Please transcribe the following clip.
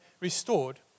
restored